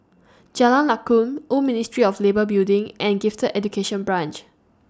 Jalan Lakum Old Ministry of Labour Building and Gifted Education Branch